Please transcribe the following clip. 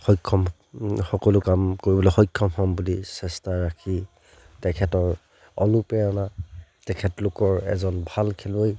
সক্ষম সকলো কাম কৰিবলৈ সক্ষম হ'ম বুলি চেষ্টা ৰাখি তেখেতৰ অনুপ্ৰেৰণা তেখেতলোকৰ এজন ভাল খেলুৱৈ